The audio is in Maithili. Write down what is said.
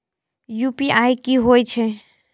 यू.पी.आई की होई छै?